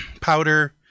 powder